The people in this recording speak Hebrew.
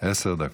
עשר דקות.